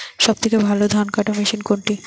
সবথেকে ভালো ধানকাটা মেশিন কোনটি?